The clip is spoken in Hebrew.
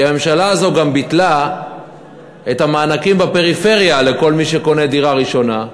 כי הממשלה הזו גם ביטלה את המענקים בפריפריה לכל מי שקונה דירה ראשונה.